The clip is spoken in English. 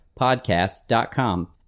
podcast.com